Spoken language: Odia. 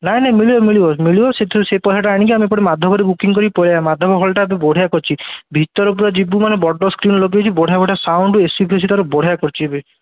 ନାଇଁ ନାଇଁ ମିଳିବ ମିଳିବ ମିଳିବ ସେଥିରୁ ସେ ପଇସାଟା ଆଣିକି ଆମେ ଏପଟେ ମାଧବରେ ବୁକିଂ କରିକି ପଳେଇବା ମାଧବ ହଲ୍ଟା ବଢ଼ିଆ କରିଛି ଭିତରେ ପୁରା ଯିବୁ ମାନେ ବଡ଼ ସ୍କ୍ରିନ୍ ଲଗେଇକି ବଢ଼ିଆ ବଢ଼ିଆ ସାଉଣ୍ଡ ଏସିଫେସି ଲଗେଇକି ବଢ଼ିଆ କରିଛି ଏବେ